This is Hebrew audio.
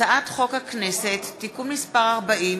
הצעת חוק הכנסת (תיקון מס' 40),